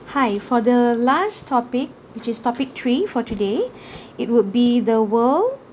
hi for the last topic which is topic tree for today it would be the world